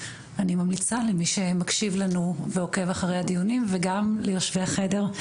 אני ממליצה למי שמקשיב לנו ועוקב אחרי הדיונים וגם ליושבי החדר.